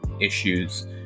issues